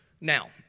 Now